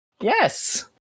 Yes